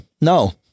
No